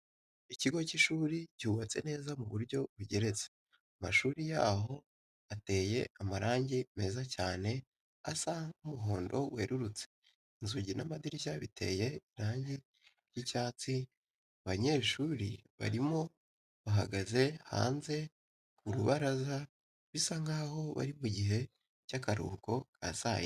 Ikigo cy'ishuri cyubatse neza mu buryo bugeretse, amashuri yaho ateye amarangi meza cyane asa nk'umuhondo werurutse, inzugi n'amadirishya biteye irangi ry'icyatsi, abanyeshuri barimo bahagaze hanze ku rubaraza bisa nkaho bari mu gihe cy'akaruhuko ka saa yine.